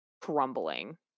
crumbling